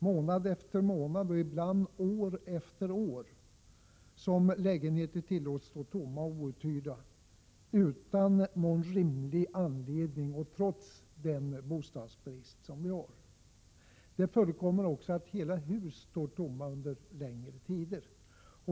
Månad efter månad och ibland år efter år tillåts lägenheter stå tomma och outhyrda, utan någon rimlig anledning och trots den bostadsbrist som råder. Det förekommer också att hela hus står tomma under längre tider.